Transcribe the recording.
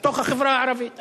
בתוך החברה הערבית.